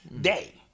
day